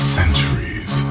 centuries